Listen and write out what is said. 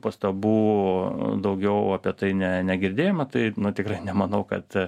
pastabų daugiau apie tai ne negirdėjome tai tikrai nemanau kad